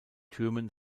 türmen